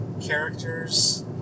characters